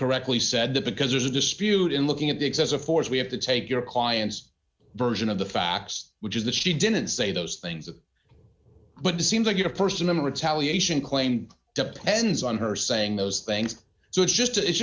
correctly said that because there's a dispute in looking at the excessive force we have to take your client's version of the facts which is that she didn't say those things of but it seems like a person in retaliation claim depends on her saying those things so it's just it's